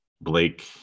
Blake